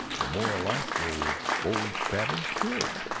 the more alike their bold patterns appeared.